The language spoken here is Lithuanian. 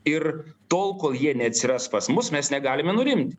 ir tol kol jie neatsiras pas mus mes negalime nurimti